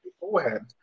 beforehand